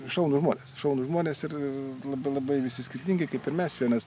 šaunūs žmonės šaunūs žmonės ir labai labai visi skirtingi kaip ir mes vienas